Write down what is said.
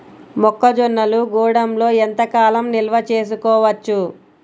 మొక్క జొన్నలు గూడంలో ఎంత కాలం నిల్వ చేసుకోవచ్చు?